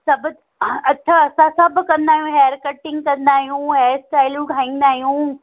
सभु अच्छा असां सभु कंदा आहियूं हेयर कटिंग कंदा आहियूं हेयर स्टाइलियूं ठाहींदा आहियूं